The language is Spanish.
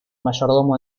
mayordomo